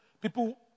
People